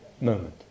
moment